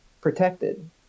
protected